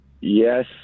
yes